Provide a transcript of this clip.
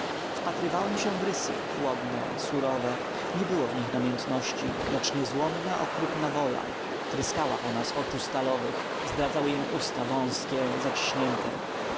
wpatrywałem się w rysy chłodne surowe nie było w nich namiętności lecz niezłomna okrutna wola tryskała ona z oczu stalowych zdradzały ją usta wązkie zaciśnięte